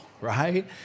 right